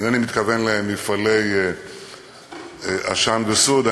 אינני מתכוון למפעלי עשן וסוּד,